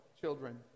children